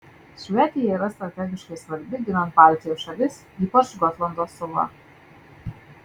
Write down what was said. švedija yra strategiškai svarbi ginant baltijos šalis ypač gotlando sala